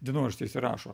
dienoraštį jisai rašo